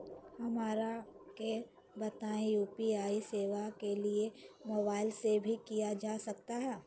हमरा के बताइए यू.पी.आई सेवा के लिए मोबाइल से भी किया जा सकता है?